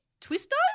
Twister